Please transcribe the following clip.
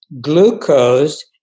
glucose